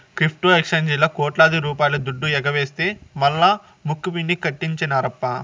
crypto ఎక్సేంజీల్లా కోట్లాది రూపాయల దుడ్డు ఎగవేస్తె మల్లా ముక్కుపిండి కట్టించినార్ప